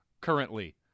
currently